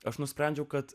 aš nusprendžiau kad